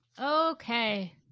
okay